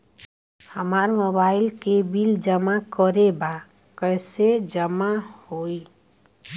हमार मोबाइल के बिल जमा करे बा कैसे जमा होई?